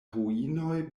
ruinoj